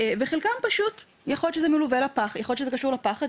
וחלקם יכול להיות שזה קשור לפחד,